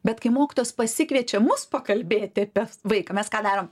bet kai mokytojas pasikviečia mus pakalbėti apie vaiką mes ką darom